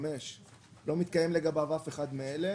(5)לא מתקיים לגביו אף אחד מאלה: